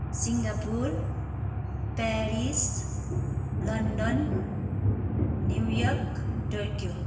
Singapore Paris London New York Tokyo